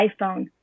iPhone